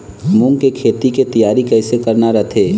मूंग के खेती के तियारी कइसे करना रथे?